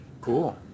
Cool